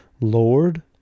Lord